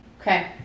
Okay